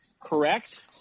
correct